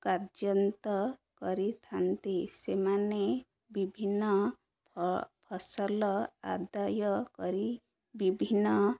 କାର୍ଯ୍ୟନ୍ତ କରିଥାନ୍ତି ସେମାନେ ବିଭିନ୍ନ ଫ ଫସଲ ଆଦାୟ କରି ବିଭିନ୍ନ